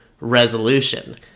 resolution